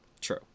True